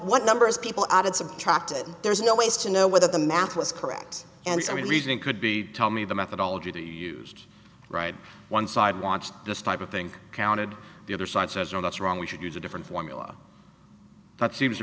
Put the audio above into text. what numbers people out of subtracted there's no ways to know whether the math was correct and some reasoning could be tell me the methodology used right one side watched this type of thing counted the other side says no that's wrong we should use a different formula that seems to